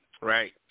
Right